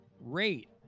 rate